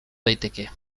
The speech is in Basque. daiteke